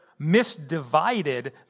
misdivided